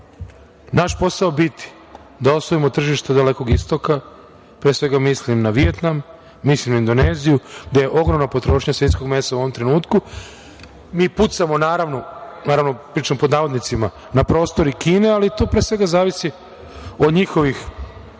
naš posao biti da osvojimo tržište Dalekog istoka, pre svega mislim na Vijetnam, mislim na Indoneziju gde je ogromna potrošnja svinjskog mesa u ovom trenutku. Mi pucamo, naravno pričam pod navodnicima, na prosto i Kine, ali tu, pre svega, zavisi od njihovih